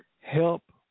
Help